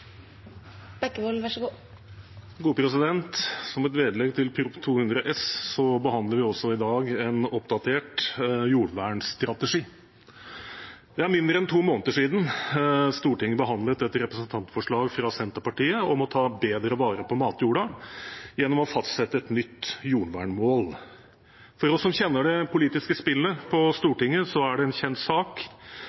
Som et vedlegg til Prop. 200 S behandler vi også i dag en oppdatert jordvernstrategi. Det er mindre enn to måneder siden Stortinget behandlet et representantforslag fra Senterpartiet om å ta bedre vare på matjorda gjennom å fastsette et nytt jordvernmål. For oss som kjenner det politiske spillet på